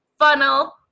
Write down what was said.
funnel